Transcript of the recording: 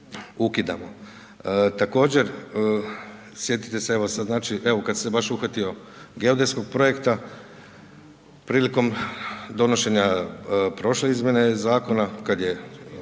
ukidamo. Također sjetite se sada znači, evo kada sam se baš uhvatio geodetskog projekta, prilikom donošenja prošle izmjene zakona, kada je